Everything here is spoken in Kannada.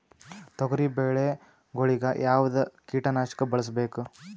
ತೊಗರಿಬೇಳೆ ಗೊಳಿಗ ಯಾವದ ಕೀಟನಾಶಕ ಬಳಸಬೇಕು?